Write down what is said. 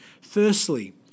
Firstly